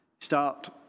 Start